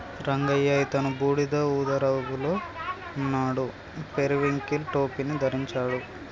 రంగయ్య అతను బూడిద ఊదా రంగులో ఉన్నాడు, పెరివింకిల్ టోపీని ధరించాడు